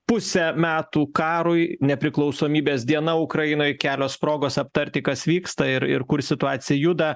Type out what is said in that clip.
pusę metų karui nepriklausomybės diena ukrainoj kelios progos aptarti kas vyksta ir ir kur situacija juda